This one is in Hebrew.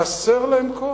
חסר להם כוח?